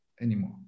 anymore